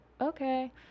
okay